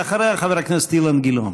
ואחריה, חבר הכנסת אילן גילאון.